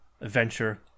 adventure